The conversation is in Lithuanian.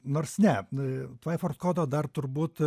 nors ne tvaiford kodo dar turbūt